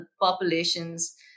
populations